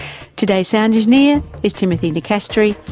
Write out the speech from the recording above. today's sound engineer is timothy nicastri,